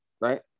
right